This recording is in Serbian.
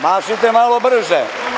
Mašite malo brže.